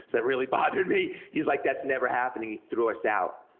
so it really bothered me, he was like, that's never happening, he threw us out.